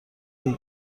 این